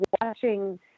watching